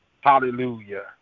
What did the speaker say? Hallelujah